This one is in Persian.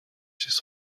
چیز